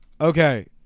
Okay